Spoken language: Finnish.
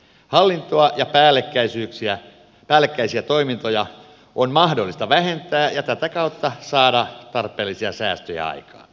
hallintoa ja päällekkäisiä toimintoja on mahdollista vähentää ja tätä kautta saada tarpeellisia säästöjä aikaan